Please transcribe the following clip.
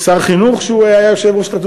שר חינוך שהיה יושב-ראש התאחדות